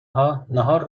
ها، نهار